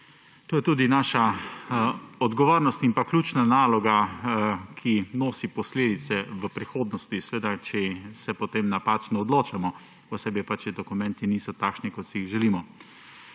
To je tudi naša odgovornost in ključna naloga, ki nosi posledice v prihodnosti, seveda, če se potem napačno odločamo, posebej pa, če dokumenti niso takšni, kot si jih želimo.